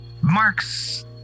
marks